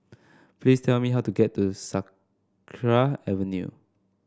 please tell me how to get to Sakra Avenue